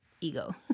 ego